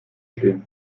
stehen